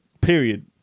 period